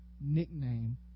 nickname